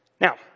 Now